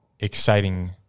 exciting